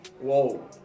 Whoa